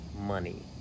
money